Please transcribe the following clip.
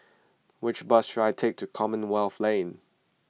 which bus should I take to Commonwealth Lane